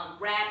rap